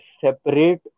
separate